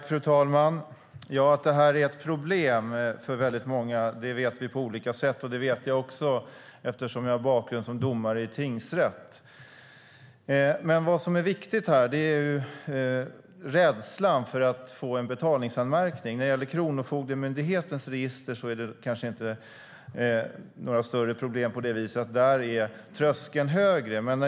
Fru talman! Att detta är ett problem för många vet vi på olika sätt. Jag vet det också eftersom jag har bakgrund som domare i tingsrätt. Men vad som är viktigt är rädslan för att få en betalningsanmärkning. När det gäller Kronofogdemyndighetens register är det kanske inte några större problem, eftersom tröskeln är högre där.